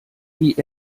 wie